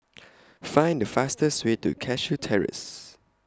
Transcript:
Find The fastest Way to Cashew Terrace